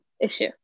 issue